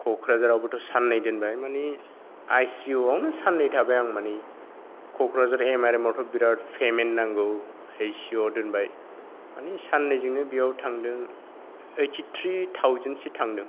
क'क्राझारावबोथ' साननै दोनबाय मानि आइसिइउआवनो साननै थाबाय आङो माने क'क्राझार एमआरएमआवथ' बिराद पेमेन्ट नांगौ आइसिइउआव दोनबाय माने साननैजोंनो बेयाव थांदों एइटि थ्रि थावजेन्डसो थांदों